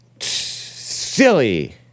Silly